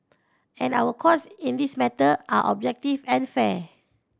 and our courts in this matter are objective and fair